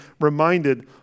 reminded